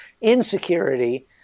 insecurity